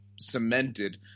cemented